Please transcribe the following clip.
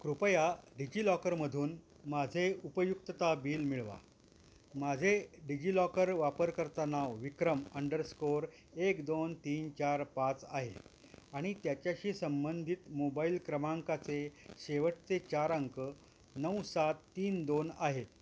कृपया डिजिलॉकरमधून माझे उपयुक्तता बिल मिळवा माझे डिजिलॉकर वापरकर्ता नाव विक्रम अंडरस्कोअर एक दोन तीन चार पाच आहे आणि त्याच्याशी संबंधित मोबाईल क्रमांकाचे शेवटचे चार अंक नऊ सात तीन दोन आहे